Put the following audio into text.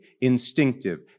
instinctive